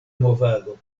movado